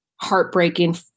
heartbreaking